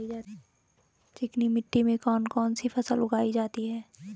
चिकनी मिट्टी में कौन कौन सी फसल उगाई जाती है?